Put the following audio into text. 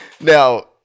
Now